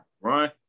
Right